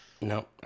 No